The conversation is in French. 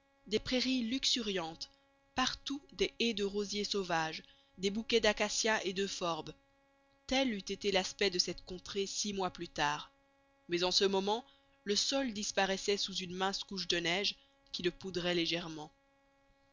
des prairies luxuriantes partout des haies de rosiers sauvages des bouquets d'acacias et d'euphorbes tel eût été l'aspect de cette contrée six mois plus tard mais en ce moment le sol disparaissait sous une mince couche de neige qui le poudrait légèrement